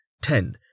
ten